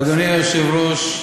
אדוני היושב-ראש,